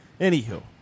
anywho